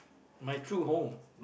my true home